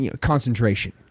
concentration